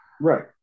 Right